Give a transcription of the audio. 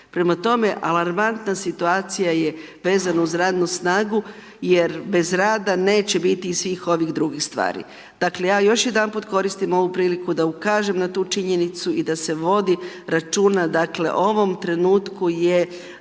Prema tome alarmantna situacije je vezana uz radnu snagu, jer bez rada neće biti i svih ovih drugih stvari. Dakle, ja još jedanput koristim ovu priliku da ukažem na tu činjenicu i da se vodi računa, dakle, ovom trenutku je